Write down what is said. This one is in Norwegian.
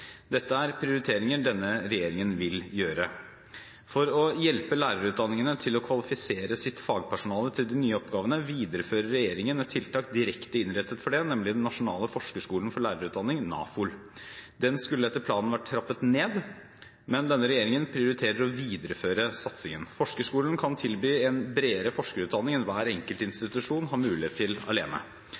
Dette er prioriteringer denne regjeringen vil gjøre. For å hjelpe lærerutdanningene til å kvalifisere sitt fagpersonale til de nye oppgavene viderefører regjeringen et tiltak direkte innrettet for det, nemlig Nasjonal forskerskole for lærerutdanning, NAFOL. Den skulle etter planen vært trappet ned, men denne regjeringen prioriterer å videreføre satsingen. Forskerskolen kan tilby en bredere forskerutdanning enn hver enkelt institusjon har mulighet til alene.